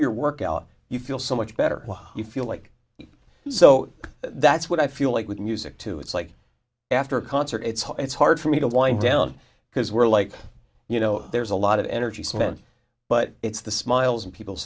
your workout you feel so much better you feel like so that's what i feel like with music too after concert it's hard for me to wind down because we're like you know there's a lot of energy spent but it's the smiles on people's